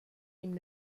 ním